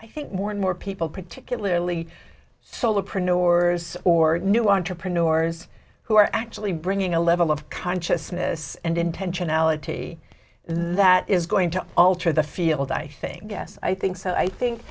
i think more and more people particularly solar preorders or new entrepreneurs who are actually bringing a level of consciousness and intentionality that is going to alter the field i think yes i think so i think